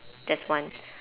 there's one